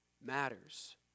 Matters